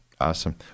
Awesome